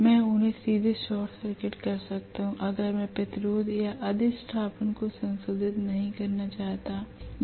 मैं उन्हें सीधे शॉर्ट सर्किट कर सकता हूं अगर मैं प्रतिरोध या अधिष्ठापन को संशोधित नहीं करना चाहता हूं